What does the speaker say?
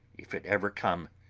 if it ever come,